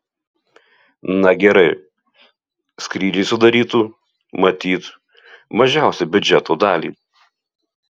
na gerai skrydžiai sudarytų matyt mažiausią biudžeto dalį